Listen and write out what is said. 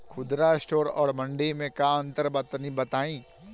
खुदरा स्टोर और मंडी में का अंतर बा तनी बताई?